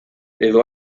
edo